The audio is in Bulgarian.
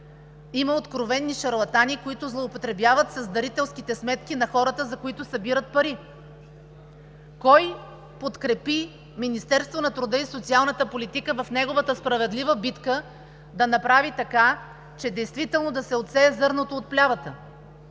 има откровени шарлатани, които злоупотребяват с дарителските сметки на хората, за които събират пари. Кой подкрепи Министерството на труда и социалната политика в неговата справедлива битка да направи така, че действително да се отсее зърното от плявата?